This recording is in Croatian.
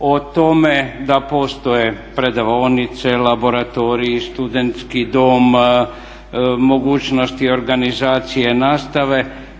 o tome da postoje predavaonice, laboratoriji, studentski dom, mogućnosti organizacije nastave